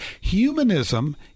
Humanism